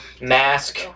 mask